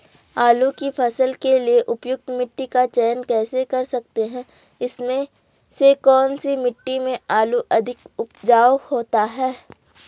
आलू की फसल के लिए उपयुक्त मिट्टी का चयन कैसे कर सकते हैं इसमें से कौन सी मिट्टी में आलू अधिक उपजाऊ होता है?